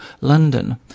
London